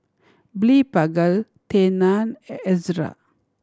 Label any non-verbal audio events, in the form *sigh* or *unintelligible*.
Blephagel Tena *unintelligible* Ezerra